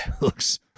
Looks